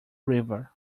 river